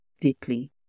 deeply